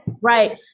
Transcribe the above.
right